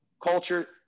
culture